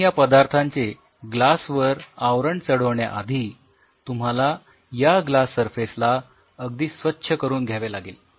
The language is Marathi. पण या पदार्थाचे ग्लास वर आवरण चढविण्याआधी तुम्हाला या ग्लास सरफेस ला अगदी स्वच्छ करून घ्यावे लागेल